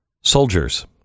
soldiers